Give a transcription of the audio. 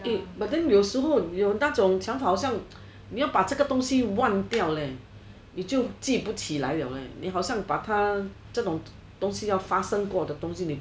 eh but then 有时候你你有那中想法好像你要把这个种东西忘掉了你就记不起来了 eh 你好像把这种发生过的东西